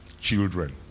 children